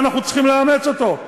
ואנחנו צריכים לאמץ אותו.